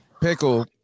Pickle